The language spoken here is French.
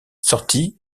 sorti